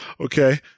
Okay